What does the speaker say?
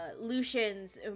Lucian's